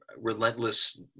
relentless